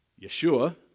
Yeshua